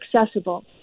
accessible